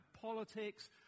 politics